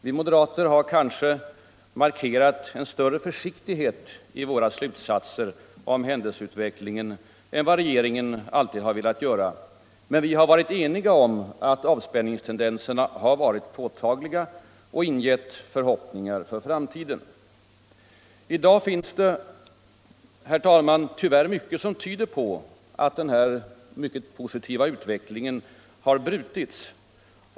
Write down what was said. Vi moderater har kanske markerat en större försiktighet i våra slutsatser om händelseutvecklingen än vad regeringen alltid har velat göra. Men vi har varit eniga om att avspänningstendenserna varit påtagliga och ingett förhoppningar för framtiden. I dag finns det, herr talman, tyvärr mycket som tyder på att denna positiva utveckling har brutits.